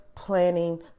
planning